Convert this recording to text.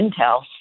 Intel